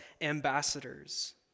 ambassadors